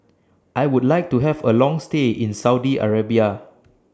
I Would like to Have A Long stay in Saudi Arabia